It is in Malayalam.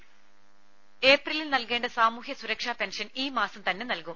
ദേദ ഏപ്രിലിൽ നൽകേണ്ട സാമൂഹ്യ സുരക്ഷാ പെൻഷൻ ഈ മാസം തന്നെ നൽകും